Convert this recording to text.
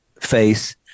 face